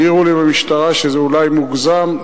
העירו לי במשרה שזה אולי מוגזם.